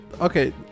okay